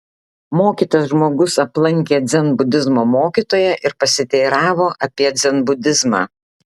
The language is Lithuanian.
mokytas žmogus aplankė dzenbudizmo mokytoją ir pasiteiravo apie dzenbudizmą